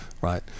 right